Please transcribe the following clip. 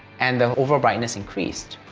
and the overall brightness increased.